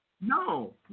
No